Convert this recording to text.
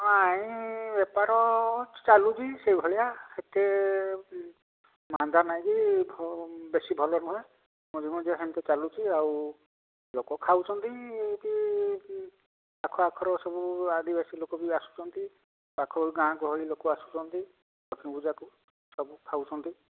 ନାଇ ବେପାର ଚାଲୁଛି ସେଇ ଭଳିଆ ଏତେ ମାନ୍ଦା ନାଇଁ କି ବେଶୀ ଭଲ ନୁହେଁ ମଝିରେ ମଝିରେ ସେମିତି ଚାଲୁଛି ଆଉ ଲୋକ ଖାଉଛନ୍ତି କି କି ପାଖ ଆଖର ସବୁ ଆଦିବାସୀ ଲୋକ ବି ଆସୁଛନ୍ତି ପାଖ ଗାଁ ଗହଳି ଲୋକ ଆସୁଛନ୍ତି ଲକ୍ଷ୍ମୀ ପୂଜାକୁ ଖାଉଛନ୍ତି